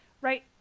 right